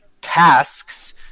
tasks